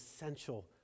essential